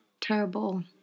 terrible